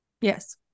Yes